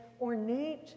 ornate